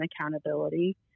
accountability